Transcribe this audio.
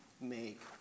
Make